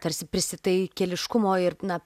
tarsi prisitaikėliškumo ir na